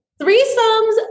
threesomes